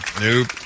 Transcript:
Nope